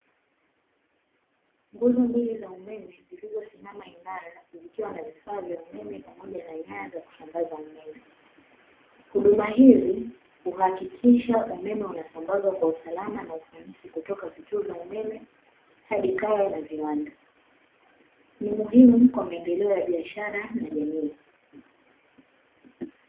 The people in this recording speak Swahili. Nguzo mbili za umeme zilizosimama imara, zikiwa na vifaa vya umeme pamoja na nyaya za kusambaza umeme. Huduma hizi uhakikisha umeme unasambazwa kwa usalama na ufanisi kutoka vituo vya umeme adi kayaviwanda. Ni muhimu kwa ajili ya maendeleo ya biashara na jamii.